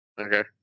Okay